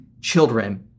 children